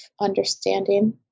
understanding